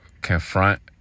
Confront